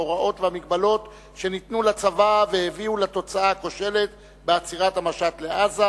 ההוראות והמגבלות שניתנו לצבא ושהביאו לתוצאה הכושלת בעצירת המשט לעזה.